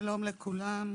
שלום לכולם,